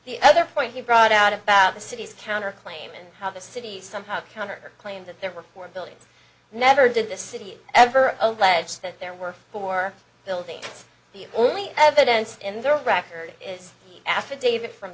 the other point you brought out about the city's counter claim and how the city somehow counter claim that there were four buildings never did the city ever allege that there were four buildings the only evidence in the record is affidavit from